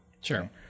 Sure